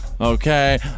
Okay